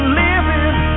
living